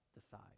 decide